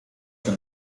się